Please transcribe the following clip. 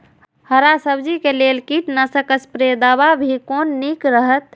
हरा सब्जी के लेल कीट नाशक स्प्रै दवा भी कोन नीक रहैत?